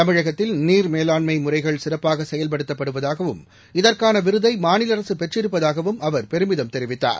தமிழகத்தில் மேலாண்முறைகள் சிறப்பாகசெயல்படுத்தப்படுவதாவும் நீர் இதற்கானவிருதைமாநிலஅரசுபெற்றிருப்பதாகவும் அவர் பெருமிதம் தெரிவித்தார்